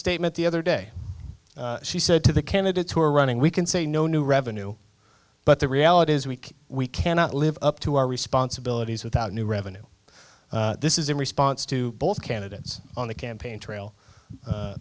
statement the other day she said to the candidates who are running we can say no new revenue but the reality is weak we cannot live up to our responsibilities without new revenue this is in response to both candidates on the campaign trail